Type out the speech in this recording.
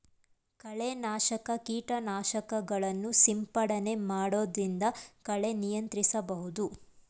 ಕಳೆ ನಾಶಕ ಕೀಟನಾಶಕಗಳನ್ನು ಸಿಂಪಡಣೆ ಮಾಡೊದ್ರಿಂದ ಕಳೆ ನಿಯಂತ್ರಿಸಬಹುದು